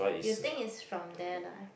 you think is from there lah